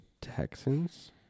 Texans